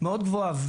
מאוד גבוהה.